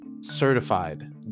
certified